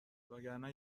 وگرنه